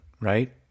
Right